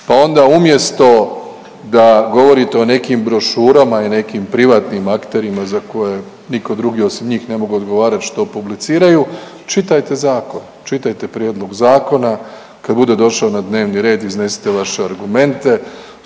pa onda umjesto da govorite o nekim brošurama i nekim privatnim akterima za koje niko drugi osim njih ne mogu odgovarat što publiciraju, čitajte zakon, čitajte prijedlog zakona, kad bude došao na dnevni red iznesite vaše argumente,